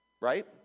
right